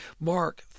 Mark